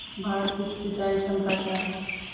भारत की सिंचाई क्षमता क्या हैं?